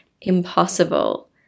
impossible